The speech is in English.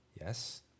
Yes